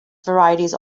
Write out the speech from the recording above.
varieties